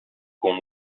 kon